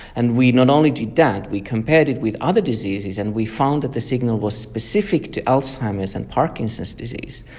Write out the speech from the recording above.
and we not only did that, we compared it with other diseases and we found that the signal was specific to alzheimer's and parkinson's disease,